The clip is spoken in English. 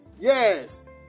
Yes